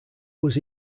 was